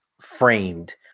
framed